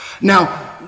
Now